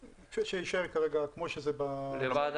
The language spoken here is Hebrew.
שיישאר כרגע כמו שזה --- כלומר,